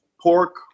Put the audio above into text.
Pork